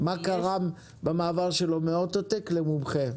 מה קרה במעבר שלו מאוטו-טק למומחה?